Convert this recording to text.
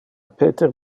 peter